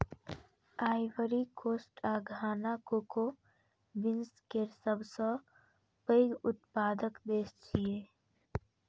Ivory coast आ Ghana cocoa beans केर सबसं पैघ उत्पादक देश छियै